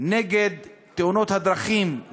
נגד תאונות הדרכים,